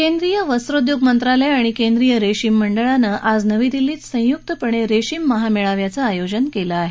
केंद्रीय वस्त्रोद्योग मंत्रालय आणि केंद्रीय रेशीम मंडळानं आज नवी दिल्लीत संयुकपणे रेशीम महामेळाव्याचं आयोजन केलं आहे